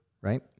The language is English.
right